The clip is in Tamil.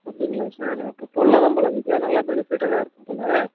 அப்படிங்களா சார் அப்போ போடலாந்தான் போல் சரி நல்ல பெனிஃபிட்டாகதான் இருக்கும் போல்